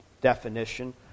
definition